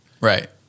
Right